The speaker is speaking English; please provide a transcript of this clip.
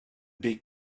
big